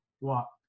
walk